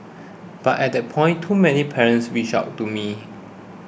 but at that point too many parents reached out to me